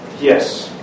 Yes